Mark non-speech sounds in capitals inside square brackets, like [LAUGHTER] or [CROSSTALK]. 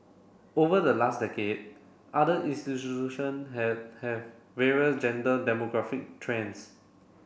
over the last decade other [UNINTELLIGIBLE] had have various gender demographic trends